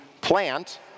plant